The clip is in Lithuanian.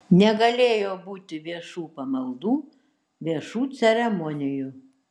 negalėjo būti viešų pamaldų viešų ceremonijų